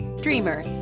dreamer